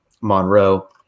Monroe